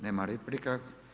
Nema replika.